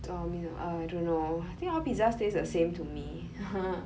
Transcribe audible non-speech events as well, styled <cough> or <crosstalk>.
um uh I don't know I think all pizza tastes the same to me <laughs>